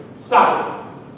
Stop